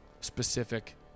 specific